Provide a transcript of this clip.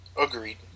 Agreed